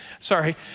Sorry